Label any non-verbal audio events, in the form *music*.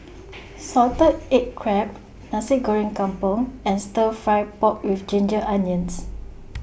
*noise* Salted Egg Crab Nasi Goreng Kampung and Stir Fry Pork with Ginger Onions